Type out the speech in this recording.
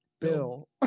Bill